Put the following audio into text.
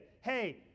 hey